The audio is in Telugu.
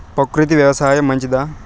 ప్రకృతి వ్యవసాయం మంచిదా?